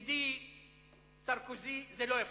ידידי סרקוזי, זה לא יפה?